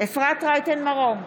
אפרת רייטן מרום,